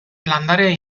landare